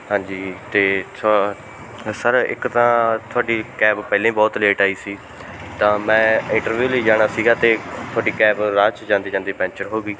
ਹਾਂਜੀ ਅਤੇ ਸ ਸਰ ਇੱਕ ਤਾਂ ਤੁਹਾਡੀ ਕੈਬ ਪਹਿਲਾਂ ਹੀ ਬਹੁਤ ਲੇਟ ਆਈ ਸੀ ਤਾਂ ਮੈਂ ਇੰਟਰਵਿਊ ਲਈ ਜਾਣਾ ਸੀਗਾ ਅਤੇ ਤੁਹਾਡੀ ਕੈਬ ਰਾਹ 'ਚ ਜਾਂਦੇ ਜਾਂਦੇ ਪੈਂਚਰ ਹੋ ਗਈ